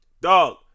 dog